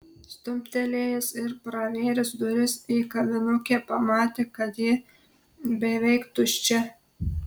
stumtelėjęs ir pravėręs duris į kavinukę pamatė kad ji beveik tuščia